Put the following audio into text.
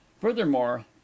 furthermore